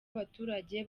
abaturage